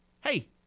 hey